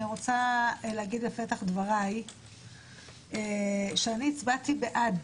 אני רוצה להגיד בפתח דבריי שאני הצבעתי בעד